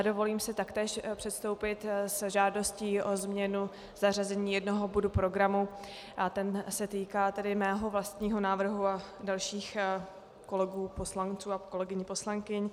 Dovolím si taktéž předstoupit se žádostí o změnu zařazení jednoho bodu programu a ten se týká mého vlastního návrhu a dalších kolegů poslanců a kolegyň poslankyň.